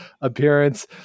appearance